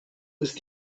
ist